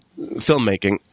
filmmaking